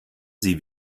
sie